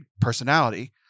personality